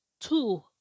two